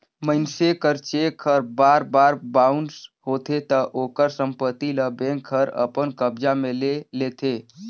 मइनसे कर चेक हर बार बार बाउंस होथे ता ओकर संपत्ति ल बेंक हर अपन कब्जा में ले लेथे